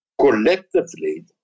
collectively